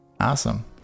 Awesome